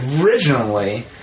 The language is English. originally